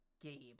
Gabe